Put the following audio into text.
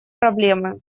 проблемы